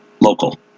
Local